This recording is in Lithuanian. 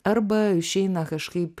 arba išeina kažkaip